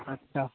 अच्छा